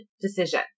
decision